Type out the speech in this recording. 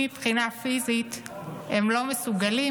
אם מבחינה פיזית הם לא מסוגלים